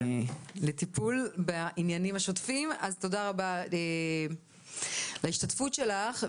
תודה רבה על ההשתתפות שלך.